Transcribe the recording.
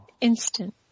Instant